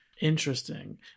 Interesting